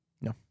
No